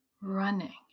running